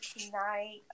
tonight